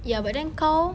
ya but then kau